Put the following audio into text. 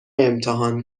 امتحان